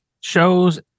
shows